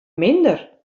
minder